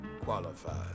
qualified